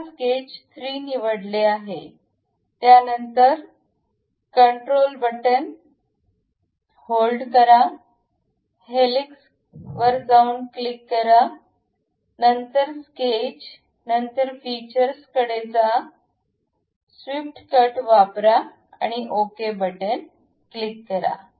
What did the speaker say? आता स्केच 3 निवडले आहे त्यानंतर कंट्रोल बटण होल्ड करा हेलिक्स क्लिक करा तसेच स्केच नंतर फीचर्स मध्ये जा स्वीप्ट कट वापरा ओके क्लिक करा